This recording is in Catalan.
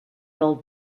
del